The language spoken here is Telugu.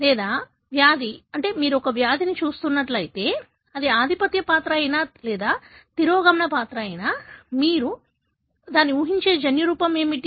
లేదా వ్యాధి మీరు ఒక వ్యాధిని చూస్తున్నట్లయితే అది ఆధిపత్య పాత్ర అయినా లేదా తిరోగమన పాత్ర అయినా మరియు మీరు ఊహించే జన్యురూపం ఏమిటి